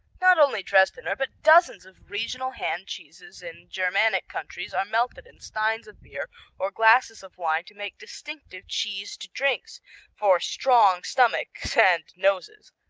not only dresdener, but dozens of regional hand cheeses in germanic countries are melted in steins of beer or glasses of wine to make distinctive cheesed drinks for strong stomachs and noses.